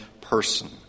person